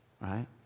right